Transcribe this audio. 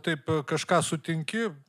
taip kažką sutinki